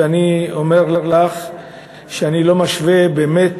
ואני אומר לך שאני לא משווה באמת